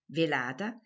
velata